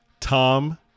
Tom